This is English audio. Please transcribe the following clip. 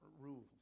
rules